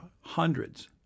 hundreds